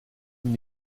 une